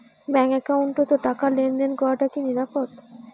Bank একাউন্টত টাকা লেনদেন করাটা কি নিরাপদ?